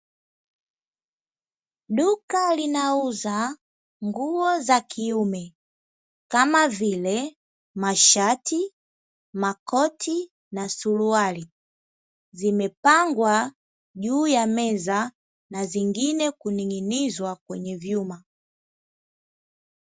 Duka linauza nguo za kiume kama vile: mashati, makoti na suruali, zimepangwa juu ya meza na zingine kuning'inizwa kwenye vyuma.